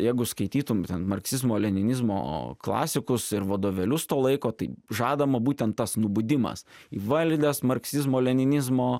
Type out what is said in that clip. jeigu skaitytum ten marksizmo leninizmo klasikus ir vadovėlius to laiko tai žadama būtent tas nubudimas įvaldęs marksizmo leninizmo